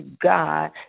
God